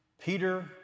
Peter